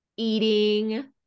Eating